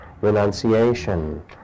renunciation